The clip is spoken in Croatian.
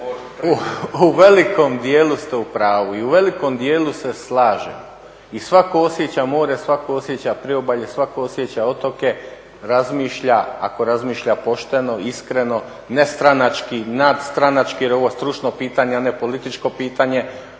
U velikom dijelu ste u pravu i u velikom dijelu se slažem i svak tko osjeća more, svak tko osjeća priobalje, svak tko osjeća otoke razmišlja, ako razmišlja pošteno, iskreno, nestranački, nadstranački jer je ovo stručno pitanje, a ne političko pitanje,